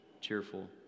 cheerful